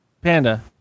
Panda